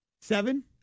Seven